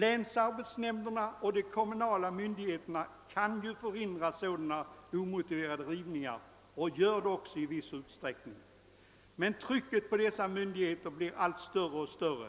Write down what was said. Länsarbetsnämnderna och de kommunala myndigheterna kan förhindra sådana omotiverade rivningar och gör det också i viss utsträckning, men trycket på dessa myndigheter blir allt större,